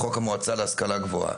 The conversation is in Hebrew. לחוק המועצה להשכלה גבוהה,